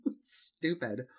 Stupid